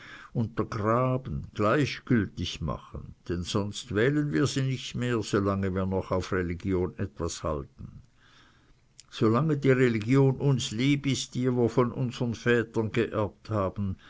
untergraben gleichgültig machen denn sonst wählen wir sie nicht mehr so lange wir noch auf religion etwas halten so lange die religion uns lieb ist die wir von unsern vätern geerbt haben